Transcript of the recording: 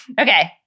Okay